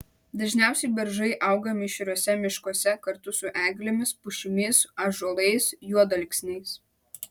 dažniausiai beržai auga mišriuose miškuose kartu su eglėmis pušimis ąžuolais juodalksniais